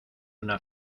una